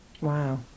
Wow